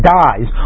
dies